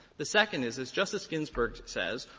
the second is, as justice ginsburg says,